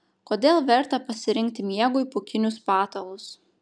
kodėl verta pasirinkti miegui pūkinius patalus